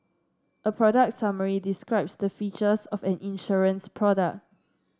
a product summary describes the features of an insurance product